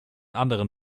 anderen